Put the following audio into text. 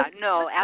No